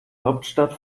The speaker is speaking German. hauptstadt